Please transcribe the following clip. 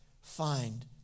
find